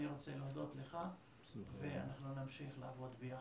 אני רוצה להודות לך ואנחנו נמשיך לעבוד ביחד.